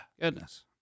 Goodness